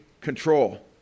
control